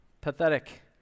Pathetic